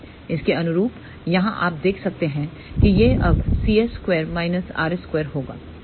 इसके अनुरूप यहाँ आप देख सकते हैं कि यह अब cs2 rs2 होगा